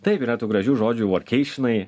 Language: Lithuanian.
taip yra tų gražių žodžių vuorkeišinai